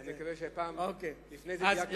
אני מקווה שלפני זה דייקת יותר.